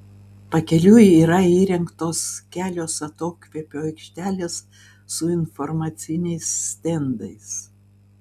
pakeliui yra įrengtos kelios atokvėpio aikštelės su informaciniais stendais